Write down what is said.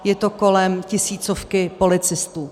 Je to kolem tisícovky policistů.